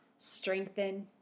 strengthen